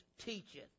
teacheth